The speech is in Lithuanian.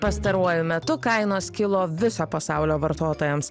pastaruoju metu kainos kilo viso pasaulio vartotojams